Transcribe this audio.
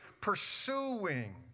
pursuing